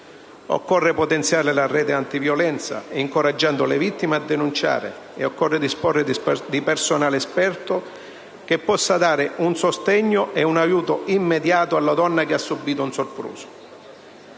Occorre potenziare la rete antiviolenza incoraggiando le vittime a denunciare e occorre disporre di personale esperto che possa dare un sostegno e un aiuto immediato alla donna che ha subìto un sopruso.